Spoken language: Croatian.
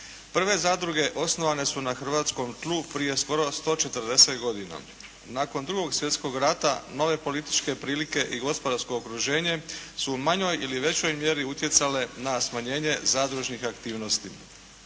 Prve zadruge osnovane su na hrvatskom tlu prije skoro 140 godina. Nakon 2. svjetskog rata nove političke prilike i gospodarsko okruženje su u manjoj ili većoj mjeri utjecale na smanjenje zadružnih aktivnosti.